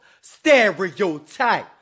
stereotype